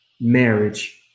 marriage